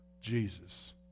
Jesus